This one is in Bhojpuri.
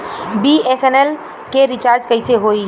बी.एस.एन.एल के रिचार्ज कैसे होयी?